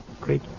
great